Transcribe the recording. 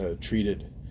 treated